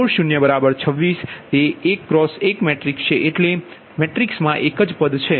J4026તેને 1 1 matrix એટલેકે મેટ્રિક્સમા એક જ પદ છે